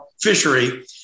fishery